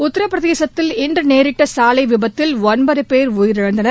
உத்திரபிரதேசத்தில் இன்று நேரிட்ட சாலை விபத்தில் ஒன்பது பேர் உயிரிழந்தனர்